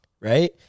right